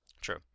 True